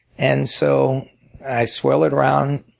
and so i swirled it around,